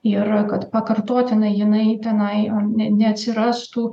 yra kad pakartotinai jinai tenai ne ne neatsirastų